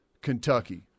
Kentucky